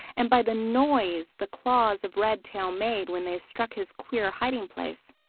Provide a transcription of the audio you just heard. and by the noise the claws of redtail made when they struck his queer hiding-place.